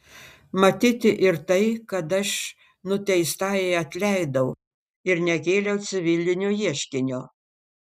matyti ir tai kad aš nuteistajai atleidau ir nekėliau civilinio ieškinio